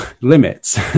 limits